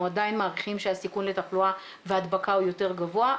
עדיין מעריכים שהסיכון לתחלואה והדבקה הוא יותר גבוה,